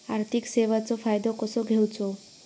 आर्थिक सेवाचो फायदो कसो घेवचो?